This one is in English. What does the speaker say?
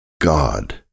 God